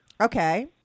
Okay